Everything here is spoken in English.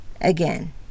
again